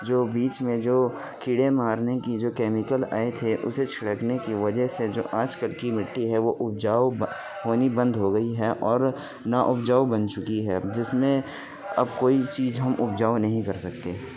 جو بیچ میں جو کیڑے مارنے کی جو کیمیکل آئے تھے اسے چھڑکنے کی وجہ سے جو آج کل کی مٹی ہے وہ اپجاؤ ہونی بند ہو گئی ہے اور نااپجاؤ بن چکی ہے جس میں اب کوئی چیز ہم اپجاؤ نہیں کر سکتے